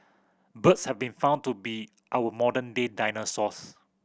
birds have been found to be our modern day dinosaurs